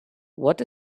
what